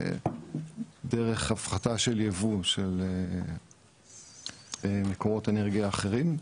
דרך הפחתה של ייבוא של מקורות אנרגיה אחרים,